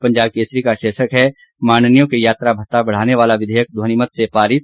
पंजाब केसरी का शीर्षक है माननीयों के यात्रा भत्ता बढ़ाने वाला विधेयक ध्वनिमत से पारित